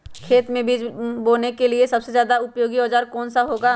खेत मै बीज बोने के लिए सबसे ज्यादा उपयोगी औजार कौन सा होगा?